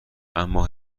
اما